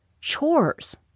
chores